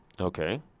Okay